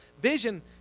vision